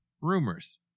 rumors